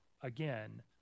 again